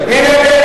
רבותי.